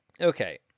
Okay